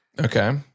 Okay